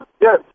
Yes